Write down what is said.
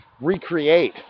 recreate